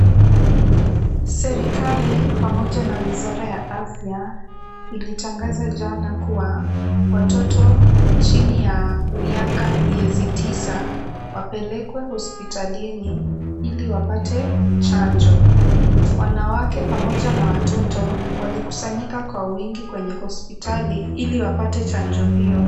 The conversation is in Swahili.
Serikali pamoja na wizara ya afya ilitangaza jana kuwa watoto chini ya miaka, miezi tisa wapelekwe hospitalini ili wapate chanjo. Wanawake pamoja na watoto walikusanyika kwa wingi kwenye hospitali ili wapate chanjo hiyo.